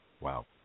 Wow